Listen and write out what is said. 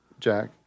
Jack